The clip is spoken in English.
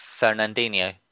Fernandinho